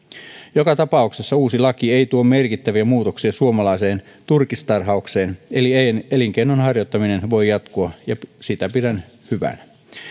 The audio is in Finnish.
joka tapauksessa uusi laki ei tuo merkittäviä muutoksia suomalaiseen turkistarhaukseen eli elinkeinon harjoittaminen voi jatkua ja sitä pidän hyvänä